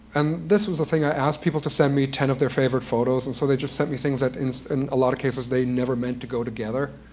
and this was the thing i asked people to send me ten of their favorite photos, and so they just sent me things that, in a lot of cases, they never meant to go together.